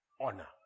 honor